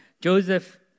Joseph